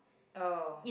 oh